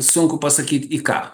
sunku pasakyt į ką